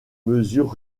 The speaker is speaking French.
mesures